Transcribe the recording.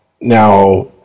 Now